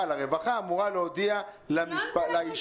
אבל הרווחה אמורה להודיע לאישה.